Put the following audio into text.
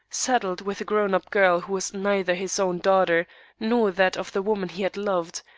saddled with a grown-up girl, who was neither his own daughter nor that of the woman he had loved,